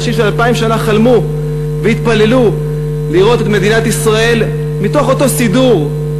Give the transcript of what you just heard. אנשים שאלפיים שנה חלמו והתפללו לראות את מדינת ישראל מתוך אותו סידור,